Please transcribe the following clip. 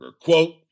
quote